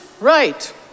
right